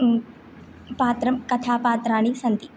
पात्रं कथापात्राणि सन्ति